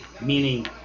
Meaning